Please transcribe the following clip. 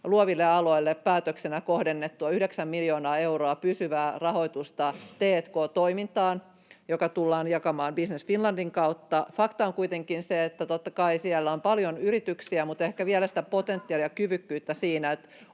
luoville aloille päätöksenä kohdennettua yhdeksän miljoonaa euroa pysyvää rahoitusta t&k-toimintaan, ja se tullaan jakamaan Business Finlandin kautta. Fakta on kuitenkin se, että totta kai siellä on paljon yrityksiä, mutta ehkä vielä sitä potentiaalia ja kyvykkyyttä siinä,